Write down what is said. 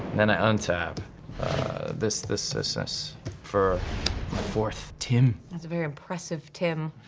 then i untap this, this, this, this for a fourth tim. that's a very impressive tim.